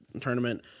Tournament